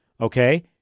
Okay